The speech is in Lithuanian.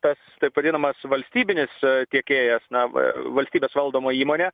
tas taip vadinamas valstybinis tiekėjas nava valstybės valdoma įmonė